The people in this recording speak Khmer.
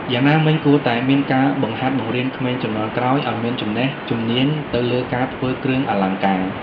យ៉ាងណាមិញ គួរតែមានការបង្ហាត់បង្រៀនក្មេងជំនាន់ក្រោយឲ្យមានចំណេះជំនាញ់ទៅលើការធ្វើគ្រឿងអលង្ការ។